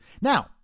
Now